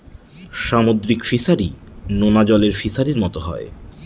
সামুদ্রিক ফিসারী, নোনা জলের ফিসারির মতো হয়